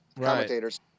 Commentators